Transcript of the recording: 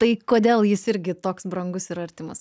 tai kodėl jis irgi toks brangus ir artimas